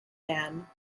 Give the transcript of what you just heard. man